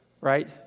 right